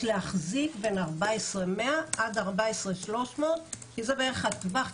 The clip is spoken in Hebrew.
להחזיק בין 14,100 עד 14,300. כי זה בערך הטווח,